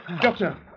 Doctor